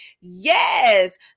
Yes